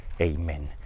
Amen